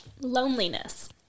loneliness